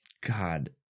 god